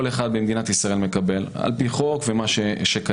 אחד במדינת ישראל על-פי חוק ומה שקיים.